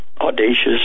audacious